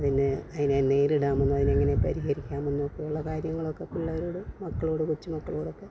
അതിനെ അതിനെ നേരിടാമെന്നോ അതിനെ എങ്ങനെ പരിഹരിക്കാമെന്നോ ഒക്കെ ഉള്ള കാര്യങ്ങളൊക്കെ പിള്ളേരോടും മക്കളോട് കൊച്ചുമക്കളോടൊക്കെ